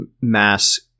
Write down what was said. mass